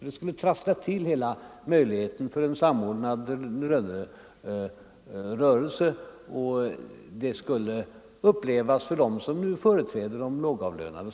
Det skulle annars trassla till möjligheterna för en samordnad lönerörelse, och det skulle upplevas som en orättvisa av dem som företräder de lågavlönade.